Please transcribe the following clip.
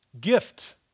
gift